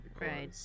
Right